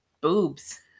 boobs